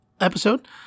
episode